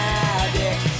addict